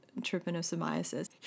trypanosomiasis